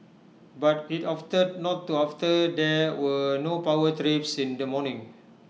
but IT opted not to after there were no power trips in the morning